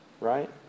right